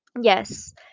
yes